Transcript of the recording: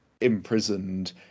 Imprisoned